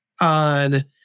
on